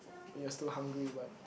but you're still hungry but